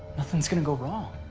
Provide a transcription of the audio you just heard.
nothing's gonna go wrong.